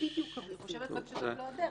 שבית המשפט יחשוב ששום קנטור,